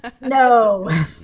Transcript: no